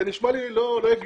זה נשמע לי לא הגיוני.